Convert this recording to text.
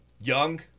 young